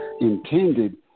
intended